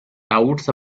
doubts